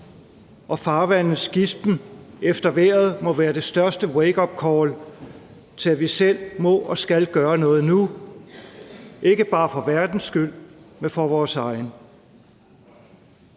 farvandes gispen efter vejret må være det største wakeupcall til, at vi selv må og skal gøre noget nu, ikke bare for verdens skyld, men også for vores egen.